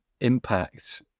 impact